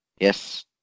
Yes